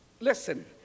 Listen